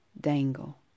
Dangle